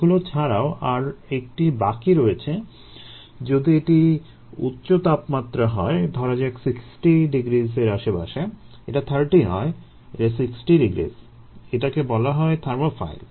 এগুলো ছাড়াও আর একটি বাকি রয়েছে যদি এটা উচ্চ তাপমাত্রা হয় ধরা যাক এটা 60 degrees এর আশেপাশে এটা 30 নয় এটা 60 degrees এটাকে বলা হয় থার্মোফাইল